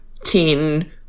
teen